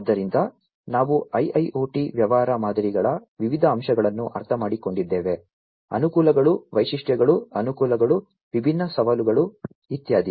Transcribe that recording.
ಆದ್ದರಿಂದ ನಾವು IIoT ವ್ಯವಹಾರ ಮಾದರಿಗಳ ವಿವಿಧ ಅಂಶಗಳನ್ನು ಅರ್ಥಮಾಡಿಕೊಂಡಿದ್ದೇವೆ ಅನುಕೂಲಗಳು ವೈಶಿಷ್ಟ್ಯಗಳು ಅನುಕೂಲಗಳು ವಿಭಿನ್ನ ಸವಾಲುಗಳು ಇತ್ಯಾದಿ